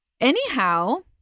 anyhow